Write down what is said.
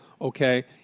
okay